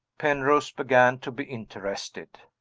penrose began to be interested.